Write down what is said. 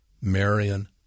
Marion